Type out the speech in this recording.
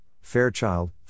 Fairchild